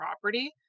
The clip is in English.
property